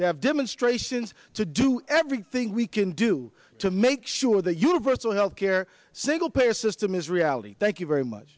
to have demonstrations to do everything we can do to make sure that universal health care single payer system is reality thank you very much